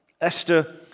Esther